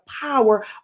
power